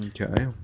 Okay